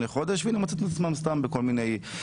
חודש קודם לכן והנה הם מוצאים את עצמם בכל מיני אירועים.